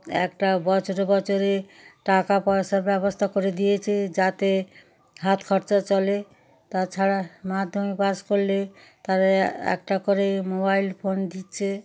একটা বছরে বছরে টাকা পয়সার ব্যবস্থা করে দিয়েছে যাতে হাত খরচা চলে তাছাড়া মাধ্যমিক পাস করলে তাদের অ্যা একটা করে মোবাইল ফোন দিচ্ছে